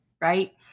right